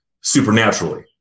supernaturally